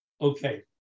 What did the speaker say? okay